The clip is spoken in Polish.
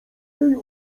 jej